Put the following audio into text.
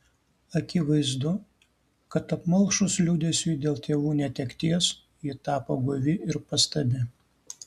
akivaizdu kad apmalšus liūdesiui dėl tėvų netekties ji tapo guvi ir pastabi